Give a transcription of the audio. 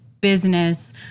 business